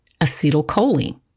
acetylcholine